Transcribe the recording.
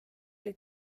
oli